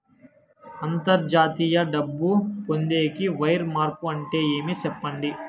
అంతర్జాతీయ డబ్బు పొందేకి, వైర్ మార్పు అంటే ఏమి? సెప్పండి?